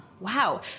Wow